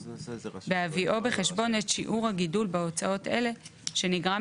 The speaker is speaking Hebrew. בהביאו בחשבון את שיעור הגידול בהוצאות אלה שנגרם